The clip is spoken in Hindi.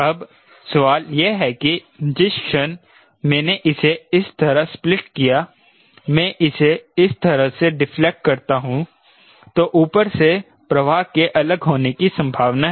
अब सवाल यह है कि जिस क्षण मैंने इसे इस तरह स्प्लिट किया मैं इसे इस तरह से डिफ्लेक्ट करता हूं तो ऊपर से प्रवाह के अलग होने की संभावना है